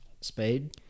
speed